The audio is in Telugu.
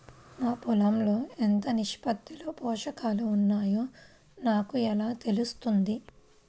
నా పొలం లో ఎంత నిష్పత్తిలో పోషకాలు వున్నాయో నాకు ఎలా తెలుస్తుంది?